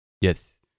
Yes